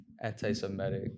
anti-Semitic